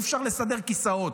אי-אפשר לסדר כיסאות.